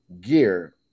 gear